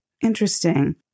Interesting